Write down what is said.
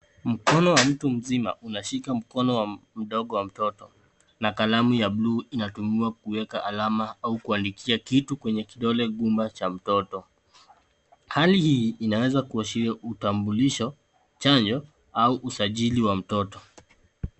Mkono wa mtu mzima unashika mkono mdogo wa mtoto na kalamu ya blue inatumiwa kuweka alama au kuandikia kitu kwenye kidole gumba cha mtoto. Hali hii inaweza kuashiria utambulisho, chanjo, au usajili wa mtoto.